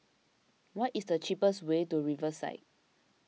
what is the cheapest way to Riverside